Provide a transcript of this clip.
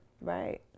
Right